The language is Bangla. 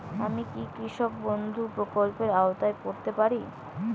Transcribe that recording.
আমি কি কৃষক বন্ধু প্রকল্পের আওতায় পড়তে পারি?